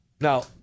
Now